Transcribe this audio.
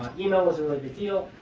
email was a really big deal.